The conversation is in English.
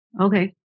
Okay